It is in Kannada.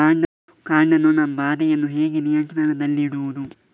ಕಾಂಡ ನೊಣ ಬಾಧೆಯನ್ನು ಹೇಗೆ ನಿಯಂತ್ರಣದಲ್ಲಿಡುವುದು?